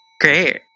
Great